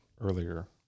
earlier